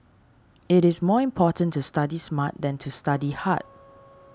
it is more important to study smart than to study hard